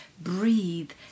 breathe